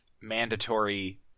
mandatory